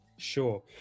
Sure